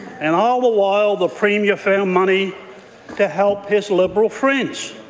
and all the while the premier found money to help his liberal friends.